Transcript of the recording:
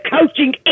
coaching